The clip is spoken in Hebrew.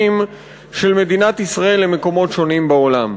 של מדינת ישראל למקומות שונים בעולם.